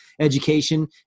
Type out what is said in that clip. education